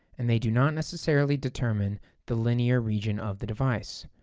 and they do not necessarily determine the linear region of the device.